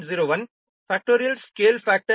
01 ∑ B value 0